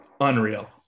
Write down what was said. Unreal